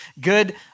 good